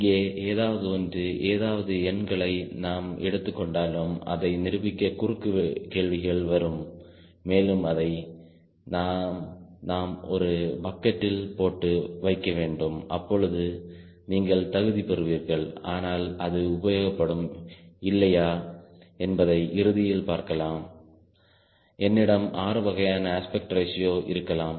இங்கே ஏதாவது ஒன்று ஏதாவது எண்களை நாம் எடுத்துக் கொண்டாலும் அதை நிரூபிக்க குறுக்கு கேள்விகள் வரும் மேலும் அதை நாம் ஒரு பக்கெட் இல் போட்டு வைக்க வேண்டும் அப்பொழுது நீங்கள் தகுதி பெறுவீர்கள் ஆனால் அது உபயோகப்படுமா இல்லையா என்பதை இறுதியில் பார்க்கலாம் என்னிடம் 6 வகையான அஸ்பெக்ட் ரேஷியோ இருக்கலாம்